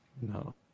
No